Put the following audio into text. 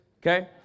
okay